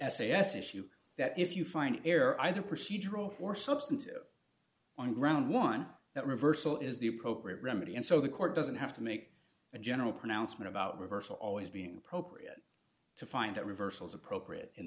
s issue that if you find an error either procedural or substantive on ground one that reversal is the appropriate remedy and so the court doesn't have to make a general pronouncement about reversal always being appropriate to find that reversals appropriate in